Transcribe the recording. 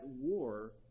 war